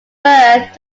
birth